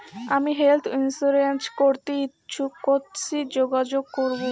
আমি health insurance করতে ইচ্ছুক কথসি যোগাযোগ করবো?